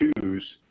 choose